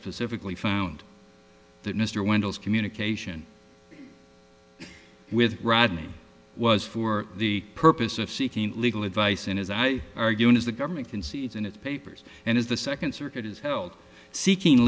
specifically found that mr windows communication with rodney was for the purpose of seeking legal advice in his eye arguing as the government concedes and its papers and as the second circuit is held seeking